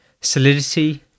solidity